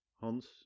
Hans